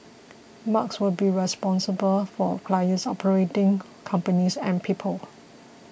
Mark will be responsible for clients operating companies and people